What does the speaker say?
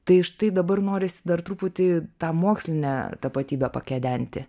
tai štai dabar norisi dar truputį tą mokslinę tapatybę pakedenti